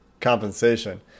compensation